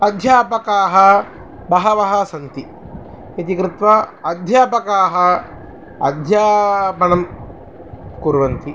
अध्यापकाः बहवः सन्ति इति कृत्वा अध्यापकाः अध्यापनं कुर्वन्ति